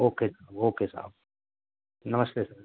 okay okay صاحب نمستے سر